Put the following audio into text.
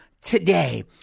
today